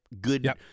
good